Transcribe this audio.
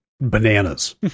bananas